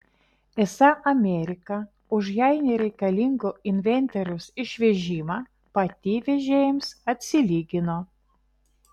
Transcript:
esą amerika už jai nereikalingo inventoriaus išvežimą pati vežėjams atsilygino